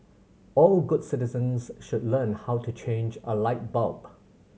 all good citizens should learn how to change a light bulb